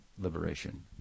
liberation